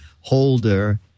holder